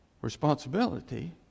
responsibility